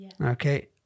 okay